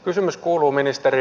kysymys kuuluu ministeri